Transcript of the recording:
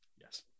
yes